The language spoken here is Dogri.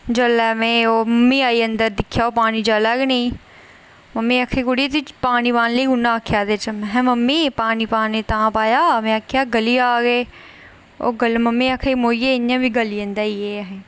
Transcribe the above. जेल्लै ओह् मम्मी आई अंदर पानी जलै गै नेईं मम्मी आखन लगी कुड़ी पानी पाने लेई लेई कुन्नै आखेआ एह्दे च मम्मी महां पानी तां पाया की मेहें गली जाह्ग एह् ते मम्मी आखन लगी मोइये इं'या बी गली जंदा ई एह्